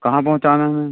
कहाँ पहुंचाना है मैम